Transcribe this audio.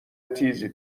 تیزی